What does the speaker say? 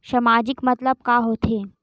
सामाजिक मतलब का होथे?